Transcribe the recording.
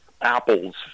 Apples